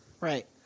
Right